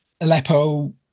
Aleppo